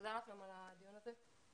תודה לכם על הדיון הזה.